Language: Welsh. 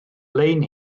lein